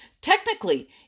Technically